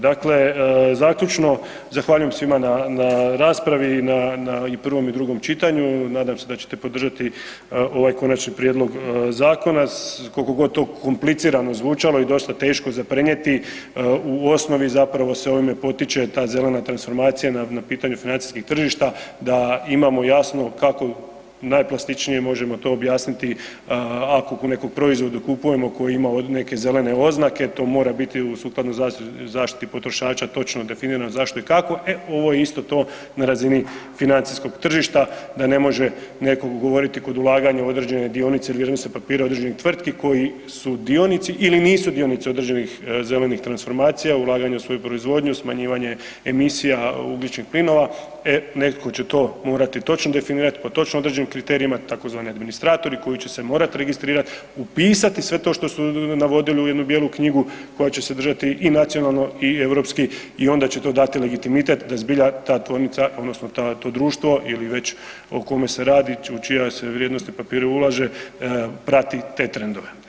Dakle zaključno, zahvaljujem svima na raspravi i na prvom i drugom čitanju, nadam se da ćete podržati ovaj Konačni prijedlog zakona, koliko god to komplicirano zvučalo i dosta teško za prenijeti, u osnovi zapravo se ovime potiče ta zelena transformacija na pitanju financijskih tržišta, da imamo jasno kako najplastičnije možemo to objasniti, ako nekom proizvodu kupujemo koji ima neke zelene oznake, to mora biti sukladno zaštiti potrošača točno definirano zašto i kako, e ovo je isto to na razini financijskog tržišta, da ne može neko govoriti kod ulaganja u određene dionice ili vrijednosne papire određenih tvrtki koji su dionici ili nisu dionici određenih zelenih transformacija, ulaganju u svoju proizvodnju, smanjivanje emisija ugljičnih plinova, e netko će to morati točno definirati, po točno određenim kriterijima, tzv. administratori koji će se morati registrirati, upisati sve to što su navodili u jednu bijelu knjigu koja će sadržati i nacionalno i europski i onda će to dati legitimitet da zbilja ta tvornica odnosno to društvo ili već o kome se radi će, čija se vrijednosti papira ulaže, prati te trendove.